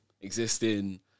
existing